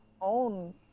own